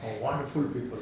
are wonderful people